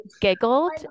giggled